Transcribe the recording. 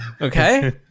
Okay